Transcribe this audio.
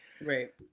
Right